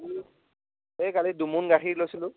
এই কালি দুমোন গাখীৰ লৈছিলোঁ